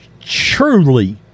truly